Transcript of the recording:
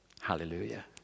Hallelujah